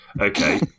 okay